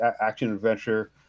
action-adventure